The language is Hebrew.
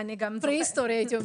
פרה-היסטורי.